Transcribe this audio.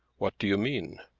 what do you mean?